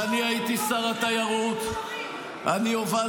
בזמן שחיילים נופלים